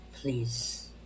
Please